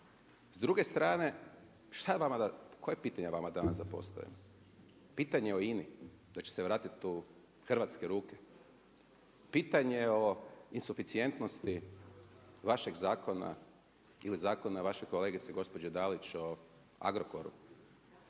šta je vama, koje pitanje vama danas da postavim? Pitanje o INA-i, da će se vratiti u hrvatske ruke? Pitanje o insuficijentnosti vašeg zakona ili zakona vaše kolegice gospođe Dalić o Agrokoru